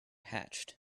hatched